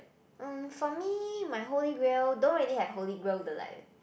um for me my holy grail don't really have holy grail leh